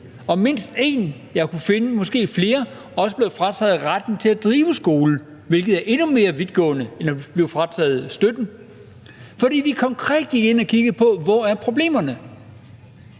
at mindst en skole, jeg har kunnet finde – måske flere – også er blevet frataget retten til at være drevet som skole, hvilket er endnu mere vidtgående end at blive frataget støtten. For vi gik konkret ind og kiggede på, hvor problemerne